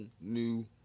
new